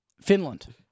Finland